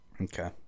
Okay